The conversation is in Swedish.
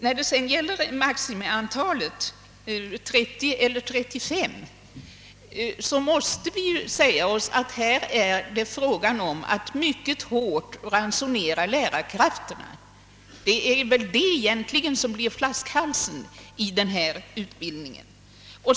När det gäller frågan om maximiantalet, d. v. s. frågan huruvida grupperna skall bestå av 30 eller 35 elever, måste vi ta hänsyn till att det i denna undervisning är mycket viktigt med en hård ransonering av lärarkrafterna; det är väl i fråga om lärarna som vi kommer att få de egentliga flaskhalsarna i denna utbildning.